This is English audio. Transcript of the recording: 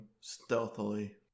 stealthily